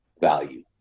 value